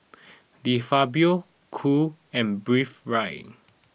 De Fabio Cool and Breathe Right